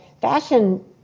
fashion